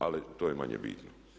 Ali to je manje bitno.